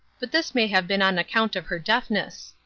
but this may have been on account of her deafness.